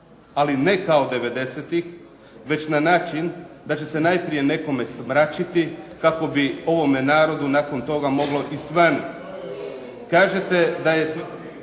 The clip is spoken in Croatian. ali ne kao 90-tih već na način da će se najprije nekome smračiti kako bi ovome narodu nakon toga moglo i svanuti. Govorite da sve